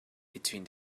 between